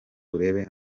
urebe